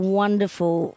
wonderful